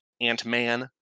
Ant-Man